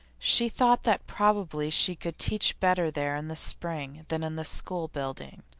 she thought that probably she could teach better there in the spring than in the school building.